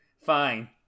fine